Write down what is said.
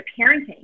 parenting